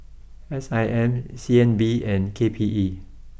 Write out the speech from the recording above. S I M C N B and K P E